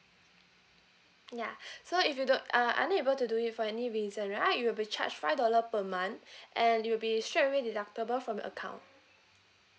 ya so if you don't uh unable to do it for any reason right you'll be charge five dollar per month and you'll be straight away deductible from your account